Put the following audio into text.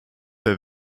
der